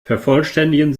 vervollständigen